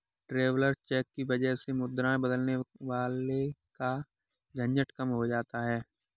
traveller cheque की वजह से मुद्राएं बदलवाने का झंझट कम हो जाता है